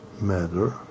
matter